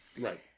Right